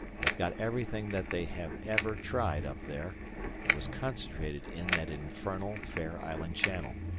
they've got everything that they have ever tried up there it was concentrated in that infernal fair island channel.